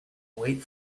wait